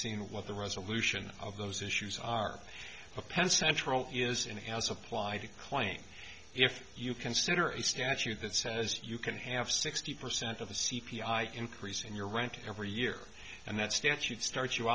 seen what the resolution of those issues are append central is in as applied to claim if you consider a statute that says you can have sixty percent of the c p i increase in your rank every year and that statute starts you